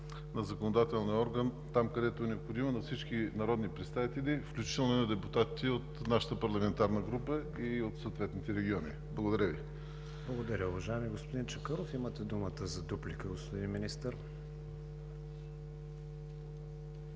на законодателния орган там, където е необходимо, на всички народни представители, включително на депутатите от нашата парламентарна група и от съответните региони? Благодаря Ви. ПРЕДСЕДАТЕЛ КРИСТИАН ВИГЕНИН: Благодаря, уважаеми господин Чакъров. Имате думата за дуплика, господин Министър.